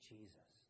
Jesus